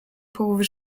połowy